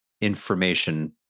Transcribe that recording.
information